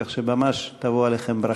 כך שממש תבוא עליכם ברכה.